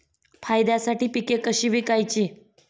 फायद्यासाठी पिके कशी विकायची?